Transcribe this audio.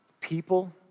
People